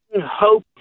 hope